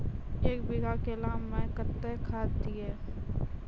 एक बीघा केला मैं कत्तेक खाद दिये?